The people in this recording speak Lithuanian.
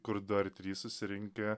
kur du ar trys susirinkę